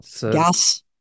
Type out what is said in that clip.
gas